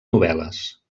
novel·les